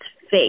fake